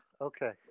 Okay